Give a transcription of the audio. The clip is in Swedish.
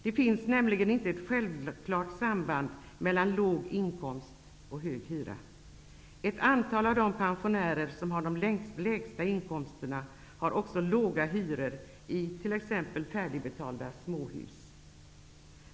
Det finns nämligen inte ett självklart samband mellan låg inkomst och hög hyra. Ett antal av de pensionärer som har de lägsta inkomsterna har också låga hyror i t.ex. färdigbetalda småhus.